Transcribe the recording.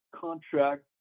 contract